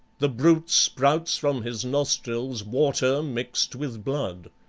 the brute spouts from his nostrils water mixed with blood.